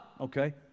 Okay